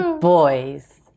boys